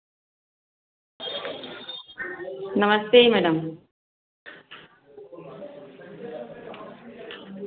नमस्ते मैडम